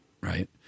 Right